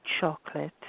chocolate